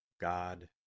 God